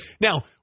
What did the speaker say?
Now